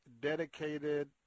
dedicated